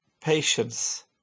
patience